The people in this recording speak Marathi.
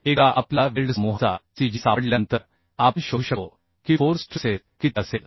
एकदा आपल्याला वेल्ड समूहाचा cg सापडल्यानंतर आपण शोधू शकतो की फोर्स स्ट्रेसेस किती असेल